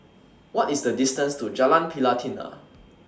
What IS The distance to Jalan Pelatina